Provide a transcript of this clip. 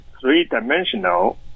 three-dimensional